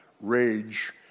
rage